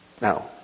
Now